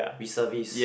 reservist